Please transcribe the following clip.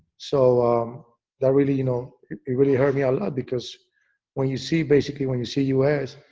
so that really, you know it really hurt me a lot because when you see basically when you see u s,